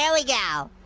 yeah we go.